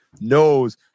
knows